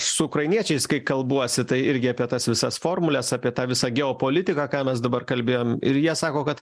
su ukrainiečiais kai kalbuosi tai irgi apie tas visas formules apie tą visą geopolitiką ką mes dabar kalbėjom ir jie sako kad